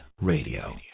Radio